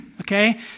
okay